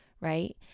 right